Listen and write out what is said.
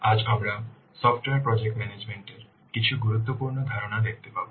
আজ আমরা software project management এর কিছু গুরুত্বপূর্ণ ধারণা দেখতে পাব